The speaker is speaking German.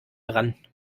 dran